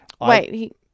Wait